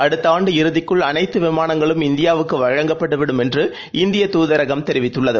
அடுத்த ஆண்டு இறுதிக்குள் அனைத்து விமானங்களும் இந்தியாவுக்கு வழங்கப்பட்டு விடும் என்றும் இந்திய தூதரகம் தெரிவித்துள்ளது